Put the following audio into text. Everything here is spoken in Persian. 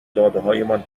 دادههایمان